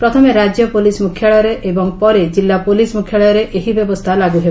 ପ୍ରଥମେ ରାଜ୍ୟ ପୋଲିସ୍ ମୁଖ୍ୟାଳୟରେ ଏବଂ ପରେ କିଲ୍ଲା ପୋଲିସ୍ ମୁଖ୍ୟାଳୟରେ ଏହି ବ୍ୟବସ୍ଥା ଲାଗୁ ହେବ